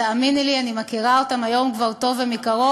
תאמיני לי, אני מכירה אותם היום כבר טוב ומקרוב,